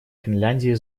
финляндии